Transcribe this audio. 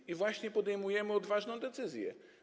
I właśnie podejmujemy odważną decyzję.